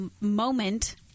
moment